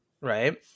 Right